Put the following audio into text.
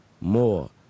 more